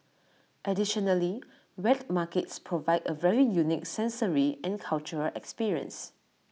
additionally wet markets provide A very unique sensory and cultural experience